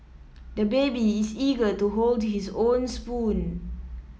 the baby is eager to hold his own spoon